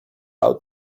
out